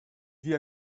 vit